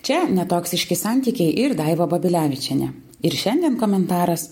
čia ne toksiški santykiai ir daiva babilevičienė ir šiandien komentaras